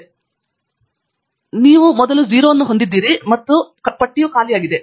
ಅನಾಥಾಭಿಮುಖವಾಗಿರುವುದರ ಜೊತೆಗೆ ನೀವು 0 ಅನ್ನು ಹೊಂದಿದ್ದೀರಿ ಮತ್ತು ಪಟ್ಟಿಯು ಖಾಲಿಯಾಗಿದೆ